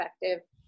effective